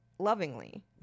Lovingly